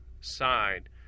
side